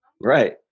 Right